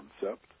concept